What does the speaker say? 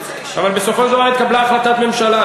אבל בסופו של דבר התקבלה החלטת ממשלה.